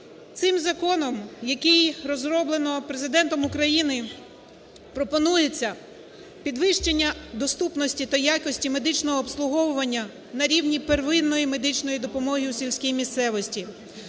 Цим законом, який розроблено Президентом України, пропонується підвищення доступності та якості медичного обслуговування на рівні первинної медичної допомоги у сільській місцевості,